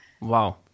Wow